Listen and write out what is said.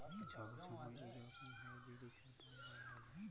ছব ছময় ইরকম হ্যয় যে জিলিসের দাম বাড়্হে যায়